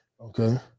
Okay